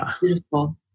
beautiful